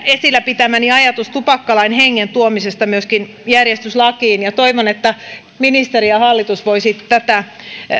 esillä pitämäni ajatus tupakkalain hengen tuomisesta myöskin järjestyslakiin ja toivon että ministeri ja hallitus voisivat tätä